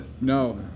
no